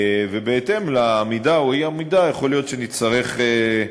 ובהתאם לעמידה או אי-עמידה יכול להיות שנצטרך,